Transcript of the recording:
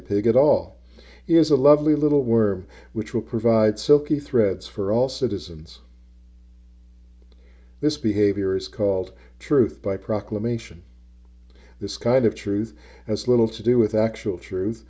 a pig at all is a lovely little worm which will provide silky threads for all citizens this behavior is called truth by proclamation this kind of truth has little to do with actual truth